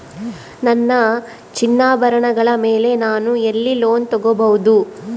ನನ್ನ ಚಿನ್ನಾಭರಣಗಳ ಮೇಲೆ ನಾನು ಎಲ್ಲಿ ಲೋನ್ ತೊಗೊಬಹುದು?